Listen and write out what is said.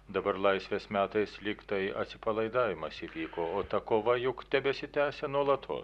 dabar laisvės metais lyg tai atsipalaidavimas įvyko o ta kova juk tebesitęsė nuolatos